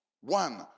One